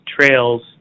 trails